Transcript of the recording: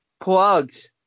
Plugs